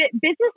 business